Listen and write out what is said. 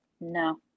No